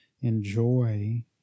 enjoy